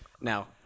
Now